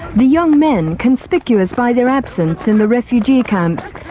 the young men, conspicuous by their absence in the refugee camps,